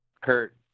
Kurt